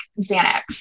Xanax